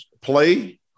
play